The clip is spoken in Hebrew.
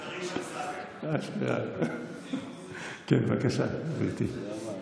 כן, בבקשה, גברתי.